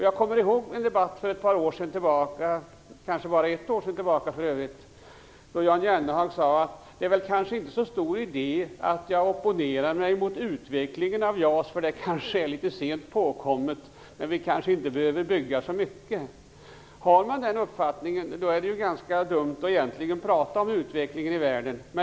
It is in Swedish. Jag kommer ihåg en debatt för ett par år sedan då Jan Jennehag sade att det inte var så stor idé att han opponerade sig mot utvecklingen av JAS, för det var litet sent påkommet, men att vi kanske inte behövde bygga så mycket. Har man den uppfattningen, är det egentligen ganska dumt att tala om utvecklingen i världen.